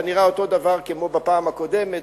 אתה נראה אותו דבר כמו בפעם הקודמת.